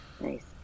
nice